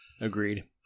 agreed